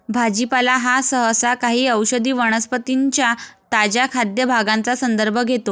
भाजीपाला हा सहसा काही औषधी वनस्पतीं च्या ताज्या खाद्य भागांचा संदर्भ घेतो